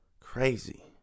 Crazy